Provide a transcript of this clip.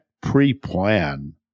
pre-plan